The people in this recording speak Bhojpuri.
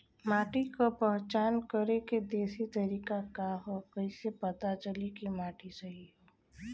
माटी क पहचान करके देशी तरीका का ह कईसे पता चली कि माटी सही ह?